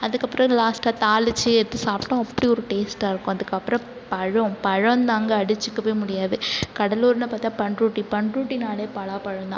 அதற்கப்பறோ இது லாஸ்ட்டாக தாளிச்சி எத்து சாப்பிட்டோம் அப்படி ஒரு டேஸ்ட்டாகருக்கும் அதற்கப்றோ பழோம் பழோம்தாங்க அடிச்சிக்கவே முடியாது கடலூர்னு பார்த்தா பண்ரூட்டி பண்ரூட்டினாலே பலாப்பழோம்தான்